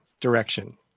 direction